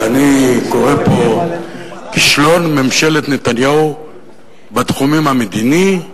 ואני קורא פה: "כישלון ממשלת נתניהו בתחומים המדיני,